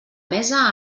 mesa